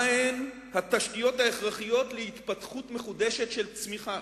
מהן התשתיות ההכרחיות להתפתחות מחודשת של צמיחה?